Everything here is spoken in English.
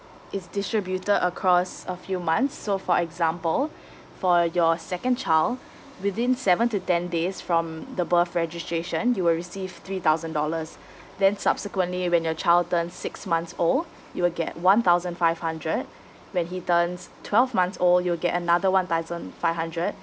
it's distributed across a few months so for example for your second child within seven to ten days from the birth registration you will receive three thousand dollars then subsequently when your child turn six months old you will get one thousand five hundred when he turns twelve months old you'll get another one thousand five hundred